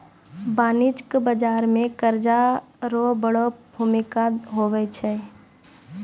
वाणिज्यिक बाजार मे कर्जा रो बड़ो भूमिका हुवै छै